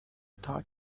thought